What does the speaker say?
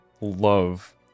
love